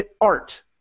art